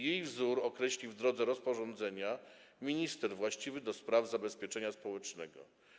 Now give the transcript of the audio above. Jej wzór określi w drodze rozporządzenia minister właściwy do spraw zabezpieczenia społecznego.